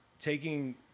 taking